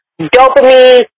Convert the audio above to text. dopamine